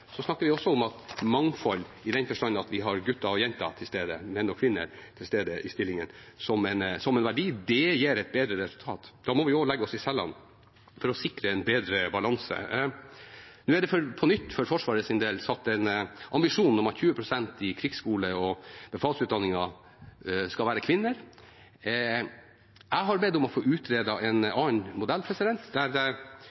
så snakker vi også om mangfold i den forstand at vi har gutter og jenter, menn og kvinner, til stede i stillinger, som en verdi. Det gir et bedre resultat, og da må vi også legge oss i selen for å sikre en bedre balanse. Nå er det for Forsvarets del på nytt satt en ambisjon om at 20 pst. i krigsskole- og befalsutdanningen skal være kvinner. Jeg har bedt om å få utredet en